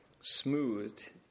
smoothed